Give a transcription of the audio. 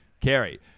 Carrie